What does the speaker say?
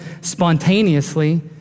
spontaneously